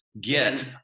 get